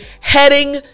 heading